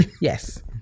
Yes